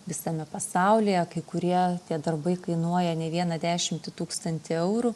visame pasaulyje kai kurie tie darbai kainuoja ne vieną dešimtį tūkstantį eurų